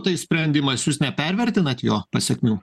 tai sprendimas jūs nepervertinat jo pasekmių